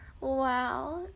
Wow